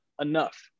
enough